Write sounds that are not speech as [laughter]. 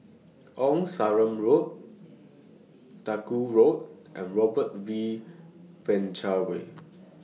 Old Sarum Road Duku Road and Robert V [unintelligible] Way